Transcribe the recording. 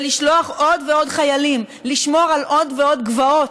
ולשלוח עוד ועוד חיילים לשמור על עוד ועוד גבעות,